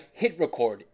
HitRecord